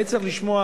היה צריך לשמוע